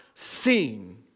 Seen